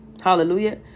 Hallelujah